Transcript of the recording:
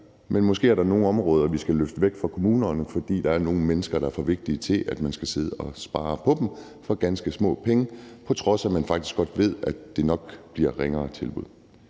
men måske er der nogle områder, vi skal løfte væk fra kommunerne, fordi der er nogle mennesker, der er for vigtige til, at man skal sidde og spare på deres område for ganske små penge, når man faktisk godt ved, at det nok bliver et ringere tilbud.